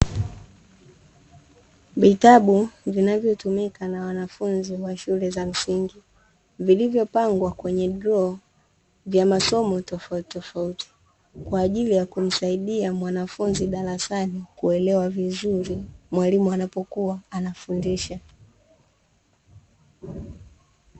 Vitabu vinavyotumika na wanafunzi wa shule za msingi, vilivyopangwa kwenye droo vya masomo tofautitofauti, kwa ajili ya kumsaidia mwanafunzi darasani kuelewa vizuri, mwalimu anapokuwa anafundisha.